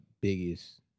biggest